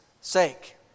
sake